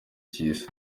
cy’isi